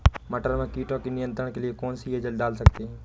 मटर में कीटों के नियंत्रण के लिए कौन सी एजल डाल सकते हैं?